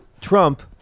Trump